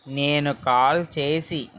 నేను కాల్ చేసి